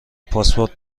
پاسپورت